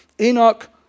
Enoch